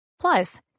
Plus